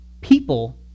People